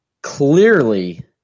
Clearly